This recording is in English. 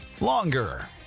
longer